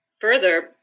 further